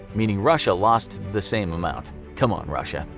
meaning russia lost the same amount. come on, russia.